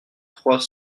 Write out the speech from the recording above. trois